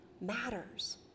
matters